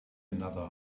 another